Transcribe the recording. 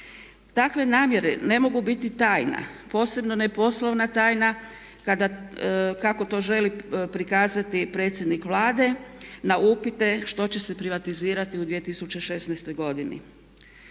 Takve namjere ne mogu biti tajna, posebno ne poslovanja tajna kada kako to želi prikazati predsjednik Vlade na upite što će se privatizirati u 2016.godini?